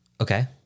Okay